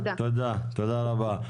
תודה רבה.